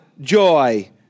joy